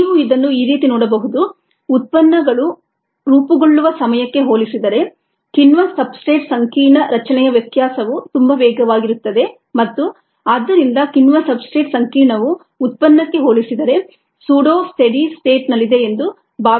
ನೀವು ಇದನ್ನು ಈ ರೀತಿ ನೋಡಬಹುದು ಉತ್ಪನ್ನವು ರೂಪುಗೊಳ್ಳುವ ಸಮಯಕ್ಕೆ ಹೋಲಿಸಿದರೆ ಕಿಣ್ವ ಸಬ್ಸ್ಟ್ರೇಟ್ ಸಂಕೀರ್ಣ ರಚನೆಯ ವ್ಯತ್ಯಾಸವು ತುಂಬಾ ವೇಗವಾಗಿರುತ್ತದೆ ಮತ್ತು ಆದ್ದರಿಂದ ಕಿಣ್ವ ಸಬ್ಸ್ಟ್ರೇಟ್ ಸಂಕೀರ್ಣವು ಉತ್ಪನ್ನಕ್ಕೆ ಹೋಲಿಸಿದರೆ ಸೂಡೋ ಸ್ಟೆಡಿ ಸ್ಟೇಟ್ನಲ್ಲಿದೆ ಎಂದು ಭಾವಿಸಬಹುದು